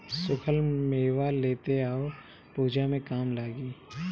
सुखल मेवा लेते आव पूजा में काम लागी